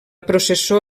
processó